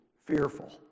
fearful